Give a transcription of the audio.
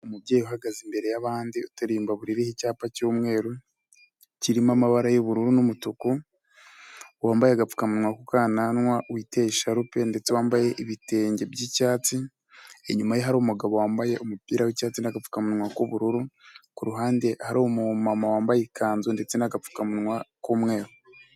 Umubyeyi uhagaze imbere yabandi. Uturuye imbabura iriho icyapa cy'umweru. Kirimo amabara y'ubururu n'umutuku. Wambaye agapfukamunwa ku kananwa. Witeye isharupe ndetse wambaye ibitenge by'icyatsi. inyuma ye hari umugabo wambaye umupira w'icyatsi n'agapfukamunwa k'ubururu. Kuruhande harimo uwambaye ikanzu ndetse n'agapfukamunwa k'umweru.